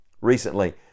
Recently